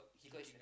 he got issue